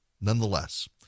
Nonetheless